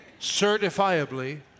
Certifiably